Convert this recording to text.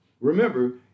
Remember